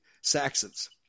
Saxons